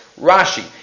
Rashi